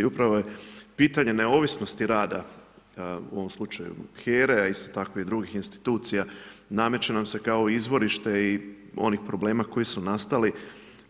I upravo je pitanje neovisnosti rada u ovom slučaju HERA-e, a isto tako i drugih institucija nameće nam se kao izvorište i onih problema koji su nastali